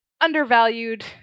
undervalued